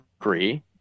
Agree